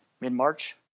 mid-March